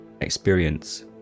experience